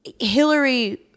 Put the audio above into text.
Hillary